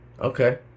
Okay